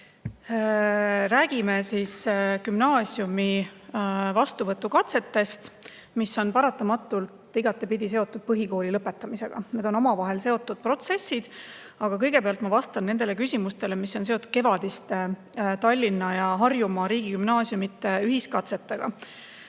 Räägime gümnaasiumi vastuvõtukatsetest, mis on paratamatult igatepidi seotud põhikooli lõpetamisega. Need on omavahel seotud protsessid. Aga kõigepealt ma vastan nendele küsimustele, mis on seotud kevadiste Tallinna ja Harjumaa riigigümnaasiumide ühiskatsetega.